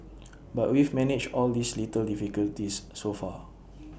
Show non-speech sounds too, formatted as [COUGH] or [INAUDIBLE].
[NOISE] but we've managed all these little difficulties so far